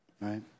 right